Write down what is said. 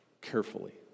carefully